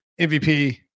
MVP